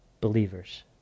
believers